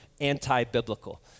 anti-biblical